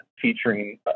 featuring